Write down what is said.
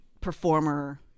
performer